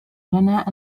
لنا